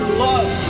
love